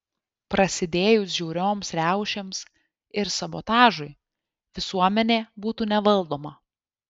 prasidėjus žiaurioms riaušėms ir sabotažui visuomenė būtų nevaldoma